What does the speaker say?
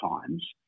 times